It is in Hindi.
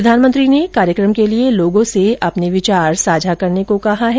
प्रधानमंत्री ने इस कार्यकम के लिए लोगों से अपने विचार साझा करने को कहा है